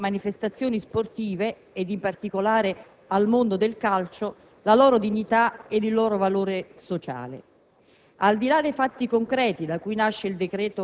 e dall'altro di restituire alle manifestazioni sportive, ed in particolare al mondo del calcio, la loro dignità e il loro valore sociale.